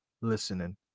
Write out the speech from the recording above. listening